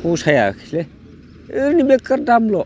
फसायाखिसैलै ओरैनो बेखार दामल'